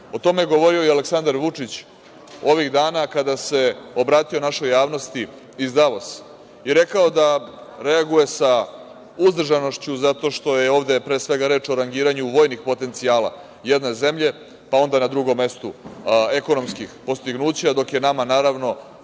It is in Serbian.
O tome je govorio i Aleksandar Vučić ovih dana, kada se obratio našoj javnosti, iz Davosa, i rekao da reaguje sa uzdržanošću, zato što je ovde pre svega reč o rangiranju vojnih potencijala jedne zemlje, pa onda na drugom mestu ekonomskih postignuća, dok je nama, naravno,